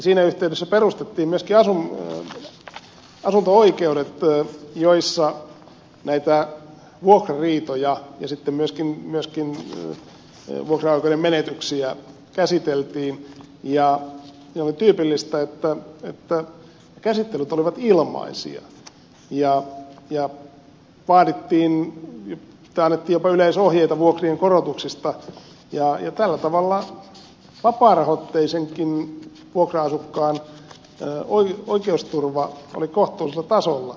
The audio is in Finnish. siinä yhteydessä perustettiin myöskin asunto oikeudet joissa näitä vuokrariitoja ja sitten myöskin vuokraoikeuden menetyksiä käsiteltiin ja oli tyypillistä että käsittelyt olivat ilmaisia ja annettiin jopa yleisohjeita vuokrien korotuksista ja tällä tavalla vapaarahoitteisenkin vuokra asukkaan oikeusturva oli kohtuullisella tasolla